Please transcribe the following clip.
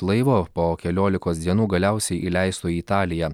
laivo po keliolikos dienų galiausiai įleisto į italiją